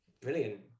Brilliant